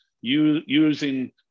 using